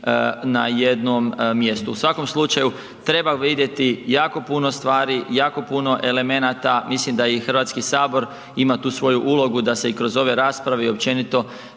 na jednom mjestu. U svakom slučaju, treba vidjeti jako puno stvari, jako puno elemenata, mislim da i Hrvatski sabor ima tu svoju ulogu da se i kroz ove rasprave i općenito